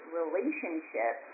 relationship